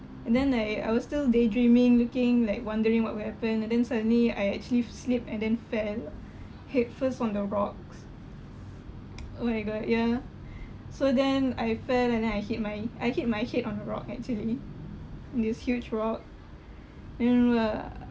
and then I I was still daydreaming looking like wondering what will happen and then suddenly I actually slipped and then fell headfirst on the rocks oh my god ya so then I fell and then I hit my I hit my head on the rock actually this huge rock you know ah